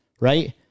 right